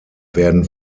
werden